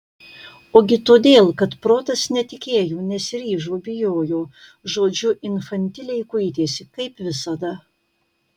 ogi todėl kad protas netikėjo nesiryžo bijojo žodžiu infantiliai kuitėsi kaip visada